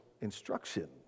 instruction